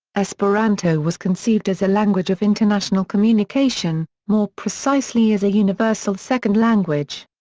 esperanto was conceived as a language of international communication, more precisely as a universal second language.